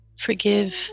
Forgive